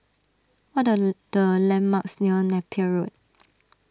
what are the landmarks near Napier Road